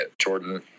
Jordan